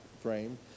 frame